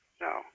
no